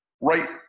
right